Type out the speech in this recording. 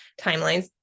timelines